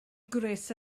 gwres